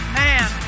man